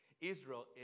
Israel